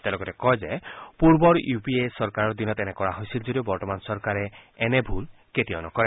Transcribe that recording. তেওঁ লগতে কয় যে পূৰ্বৰ ইউ পি এ চৰকাৰৰ দিনত এনে কৰা হৈছিল যদিও বৰ্তমান চৰকাৰে এই ভুল কেতিয়াও নকৰে